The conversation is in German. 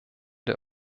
der